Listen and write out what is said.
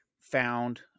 found